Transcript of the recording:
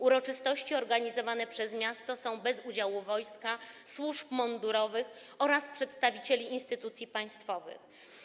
Uroczystości są organizowane przez miasto bez udziału wojska, służb mundurowych oraz przedstawicieli instytucji państwowych.